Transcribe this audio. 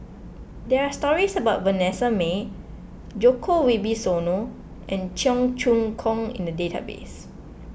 there are stories about Vanessa Mae Djoko Wibisono and Cheong Choong Kong in the database